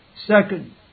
Second